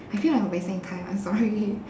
I feel like I'm wasting time I'm sorry